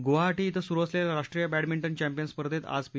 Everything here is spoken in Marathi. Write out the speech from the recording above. गुवाहाटी इथं सुरु असलेल्या राष्ट्रीय बॅडमिंटन चॅम्पियन स्पर्धेत आज पी